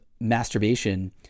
masturbation